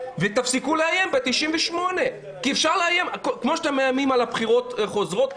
ותפסיקו לאיים בסעיף 98 כמו שאתם מאיימים על בחירות חוזרות.